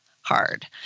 hard